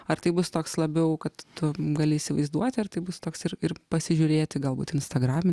ar tai bus toks labiau kad tu gali įsivaizduoti ar tai bus toks ir ir pasižiūrėti galbūt instagraminis